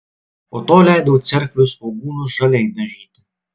po to leidau cerkvių svogūnus žaliai dažyti